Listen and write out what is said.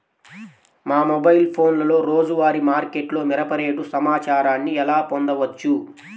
మా మొబైల్ ఫోన్లలో రోజువారీ మార్కెట్లో మిరప రేటు సమాచారాన్ని ఎలా పొందవచ్చు?